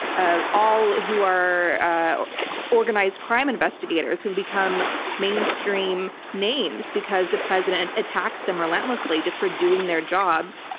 ah all who are ah are organized crime investigators who become mainstream names because the president attacks them relentlessly just for doing their jobs.